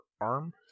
arm